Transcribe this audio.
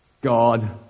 God